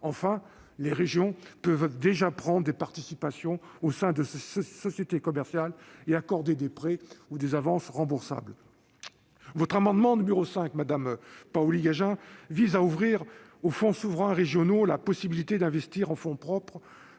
Enfin, les régions peuvent déjà prendre des participations au sein des sociétés commerciales et accorder des prêts ou des avances remboursables. Votre amendement n° 5 rectifié, madame Paoli-Gagin, vise à ouvrir aux fonds souverains régionaux la possibilité d'investir en fonds propres